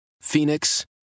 Phoenix